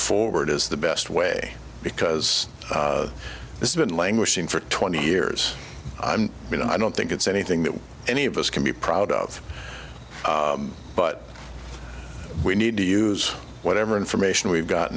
forward is the best way because it's been languishing for twenty years you know i don't think it's anything that any of us can be proud of but we need to use whatever information we've got